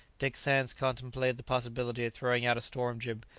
dick sands contemplated the possibility of throwing out a storm-jib,